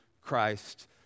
Christ